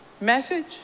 Message